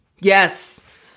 Yes